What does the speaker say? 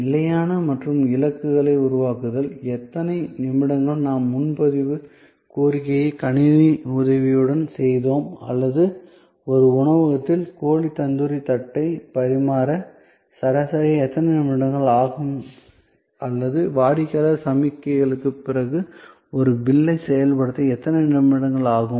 நிலையான மற்றும் இலக்குகளை உருவாக்குதல் எத்தனை நிமிடங்களில் நாம் முன்பதிவு கோரிக்கையை கணினி உதவியுடன் செய்தோம் அல்லது ஒரு உணவகத்தில் கோழி தந்தூரி தட்டை பரிமாற சராசரியாக எத்தனை நிமிடங்கள் ஆகும் அல்லது வாடிக்கையாளர் சமிக்ஞைகளுக்குப் பிறகு ஒரு பில்லைச் செயல்படுத்த எத்தனை நிமிடங்கள் ஆகும்